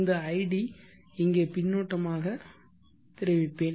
இந்த id இங்கே பின்னூட்டமாக தெரிவிப்பேன்